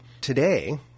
Today